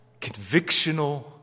convictional